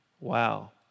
Wow